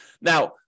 Now